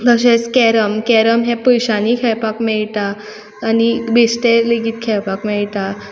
तशेंच carrom carrom हें पयश्यांनी खेळपाक मेयटा आनी बेश्टे लेगीत खेळपाक मेयटा